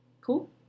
Cool